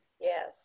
Yes